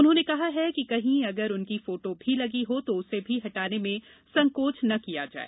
उन्होंने कहा है कि कहीं अगर उनकी फोटों भी लगी हो तो उसे भी हटाने में संकोच नहीं किया जाए